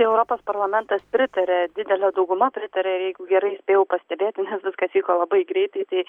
europos parlamentas pritarė didelė dauguma pritarė ir jeigu gerai spėjau pastebėti nes viskas vyko labai greitai tai